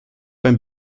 beim